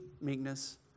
meekness